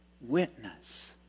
witness